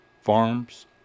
Farms